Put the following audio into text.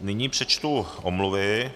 Nyní přečtu omluvy.